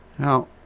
Now